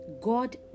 God